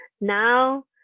Now